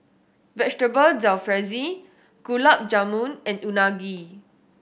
Vegetable Jalfrezi Gulab Jamun and Unagi